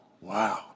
wow